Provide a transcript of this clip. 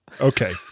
Okay